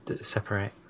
separate